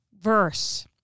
verse